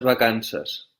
vacances